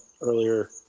earlier